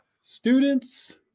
students